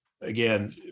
Again